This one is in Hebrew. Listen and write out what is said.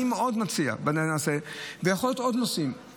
אני מאוד מציע, ויכולים להיות עוד נושאים,